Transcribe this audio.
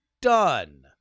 done